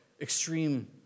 extreme